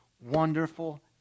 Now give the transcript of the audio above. wonderful